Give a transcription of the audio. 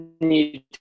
need